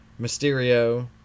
Mysterio